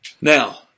now